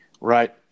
Right